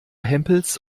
hempels